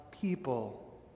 people